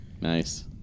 Nice